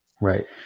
right